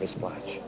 bez plaće.